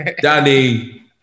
Danny